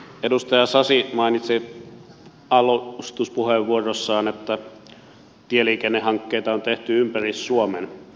edustaja sasi mainitsi alustuspuheenvuorossaan että tieliikennehankkeita on tehty ympäri suomen